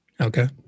Okay